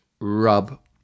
rub